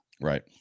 Right